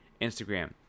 Instagram